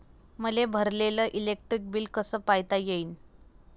मले भरलेल electric bill कस पायता येईन?